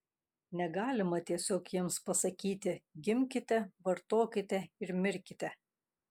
negalima tiesiog jiems pasakyti gimkite vartokite ir mirkite